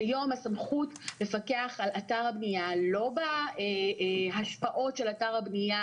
כיום הסמכות לפקח על אתר הבניה לא בהשפעות של אתר הבנייה